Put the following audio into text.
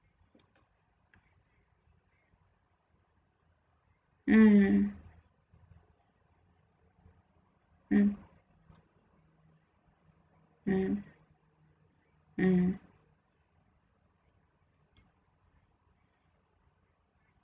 mm mm mm mm